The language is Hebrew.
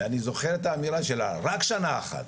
ואני זוכר את האמירה שלה רק שנה אחת,